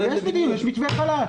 יש מדיניות, יש מתווה חל"ת.